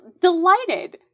delighted